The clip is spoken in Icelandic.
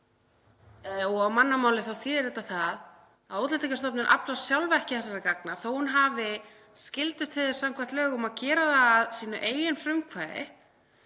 Á mannamáli þýðir þetta það að Útlendingastofnun aflar sjálf ekki þessara gagna þótt hún hafi skyldu til þess samkvæmt lögum að gera það að sínu eigin frumkvæði